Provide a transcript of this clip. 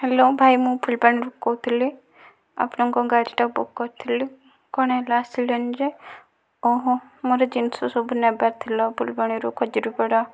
hello ଭାଇ ମୁଁ ଫୁଲବାଣୀରୁ କହୁଥିଲି ଆପଣଙ୍କ ଗାଡ଼ିଟା ବୁକ୍ କରିଥିଲି କ'ଣ ହେଲା ଆସିଲେନି ଯେ ଓହୋ ମୋ'ର ଜିନିଷ ସବୁ ନେବାର ଥିଲା ଫୁଲବାଣୀରୁ ଖଜୁରୀପଡ଼ା